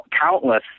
countless